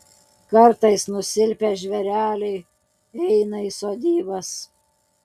kartais nusilpę žvėreliai eina į sodybas